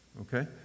Okay